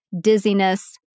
dizziness